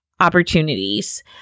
opportunities